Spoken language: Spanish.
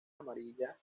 amarilla